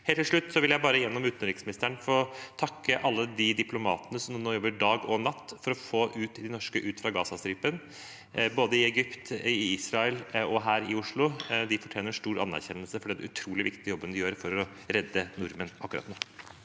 Helt til slutt vil jeg bare gjennom utenriksministeren få takke alle de diplomatene som nå jobber dag og natt for å få de norske ut fra Gazastripen, både i Egypt, i Israel og her i Oslo. De fortjener stor anerkjennelse for den utrolig viktige jobben de gjør for å redde nordmenn akkurat nå.